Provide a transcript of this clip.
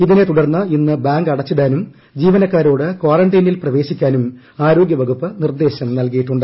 ഇതിനെ തുടർന്ന് ഇന്ന് ബാങ്ക് അടച്ചിടാനും ജീവനക്കാരോട് കാറന്റൈനിൽ പ്രവേശിക്കാനും ആരോഗ്യവകുപ്പ് നിർദേശം നൽകിയിട്ടുണ്ട്